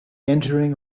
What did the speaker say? entering